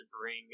bring